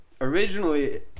originally